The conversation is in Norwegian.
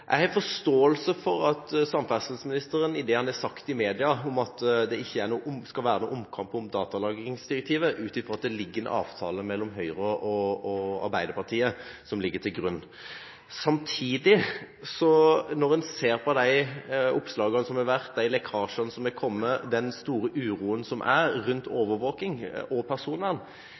Jeg har forståelse for det samferdselsministeren har sagt i media, om at det ikke skal være noen omkamp om datalagringsdirektivet ut ifra at det ligger til grunn en avtale mellom Høyre og Arbeiderpartiet. Samtidig, når en ser på de oppslagene som har vært, de lekkasjene som har kommet, og den store uroen som er rundt overvåkning og personvern,